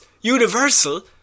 Universal